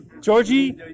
Georgie